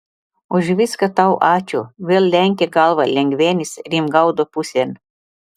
už viską tau ačiū vėl lenkė galvą lengvenis rimgaudo pusėn